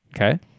Okay